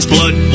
Blood